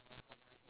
ya